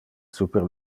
super